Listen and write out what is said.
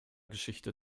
geschichte